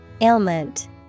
Ailment